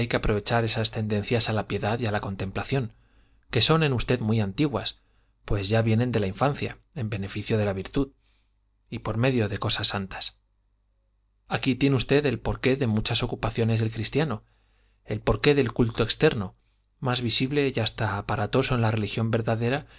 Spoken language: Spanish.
aprovechar esas tendencias a la piedad y a la contemplación que son en usted muy antiguas pues ya vienen de la infancia en beneficio de la virtud y por medio de cosas santas aquí tiene usted el porqué de muchas ocupaciones del cristiano el por qué del culto externo más visible y hasta aparatoso en la religión verdadera